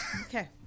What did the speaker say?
Okay